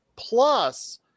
Plus